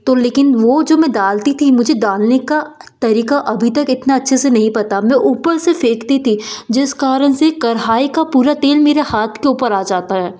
तो लेकिन वह जो मैं डालती थी मुझे डालने का तरीका अभी तक इतना अच्छे से नहीं पता मैं ऊपर से फेंकती थी जिस कारण से कढ़ाई का पूरा तेल मेरे हाथ के ऊपर आ जाता है